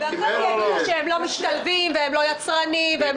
ואחר כך יגידו שהם לא משתלבים והם לא יצרניים והם